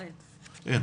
לא, אין.